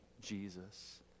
Jesus